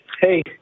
hey